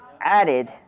added